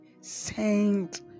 Saint